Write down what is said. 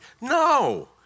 No